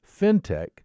fintech